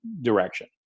direction